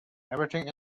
everything